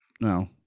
No